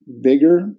bigger